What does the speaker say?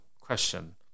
question